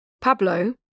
Pablo